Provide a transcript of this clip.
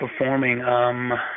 performing